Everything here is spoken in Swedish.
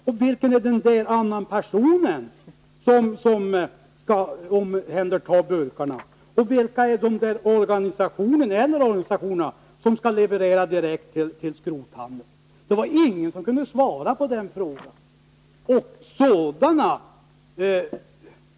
Och vilken är den andra person som skall omhänderta burkarna och vad är det för organisation eller organisationer som skall leverera direkt till skrothandeln? Det var ingen som kunde svara på de frågorna.